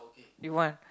do you want